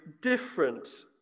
different